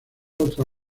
otra